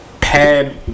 pad